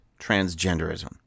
transgenderism